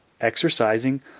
Exercising